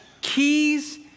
keys